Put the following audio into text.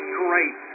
great